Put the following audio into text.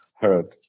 heard